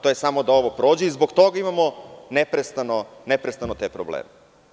To je samo da ovo prođe i zbog toga imamo neprestano te probleme.